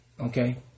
okay